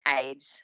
age